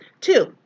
Two